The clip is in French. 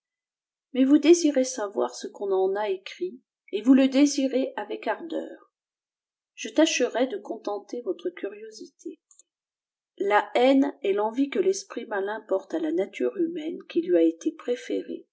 mais vous désirez savoir ce qu'on en a écrit et vcms le désirez avec andeur je tâcherai de contenter v tre curiosité la haine et l'envie que l'esprit malin porte à la nature humaine qui lui a été préférée